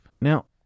Now